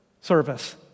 service